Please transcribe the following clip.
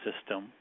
system